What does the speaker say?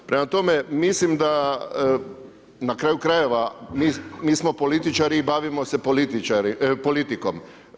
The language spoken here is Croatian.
Prema tome mislim da na kraju krajeva, mi smo političari i bavimo se politikom.